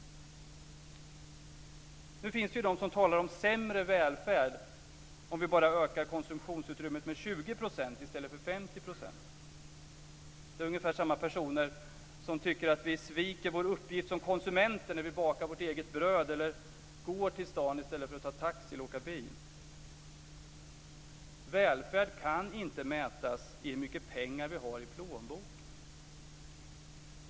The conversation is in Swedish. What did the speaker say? Nu finns det de som talar om sämre välfärd om vi bara ökar konsumtionsutrymmet med 20 % i stället för 50 %. Det är ungefär samma personer som tycker att vi sviker vår uppgift som konsumenter när vi bakar vårt eget bröd eller går till stan i stället för att ta taxi eller åka bil. Välfärd kan inte mätas i hur mycket pengar vi har i plånboken.